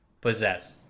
possess